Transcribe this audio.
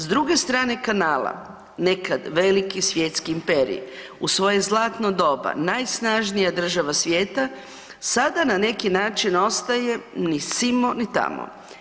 S druge strane kanala, nekad veliki svjetski imperij u svoje zlatno doba najsnažnija država svijeta sada na neki način ostaje ni simo ni tamo.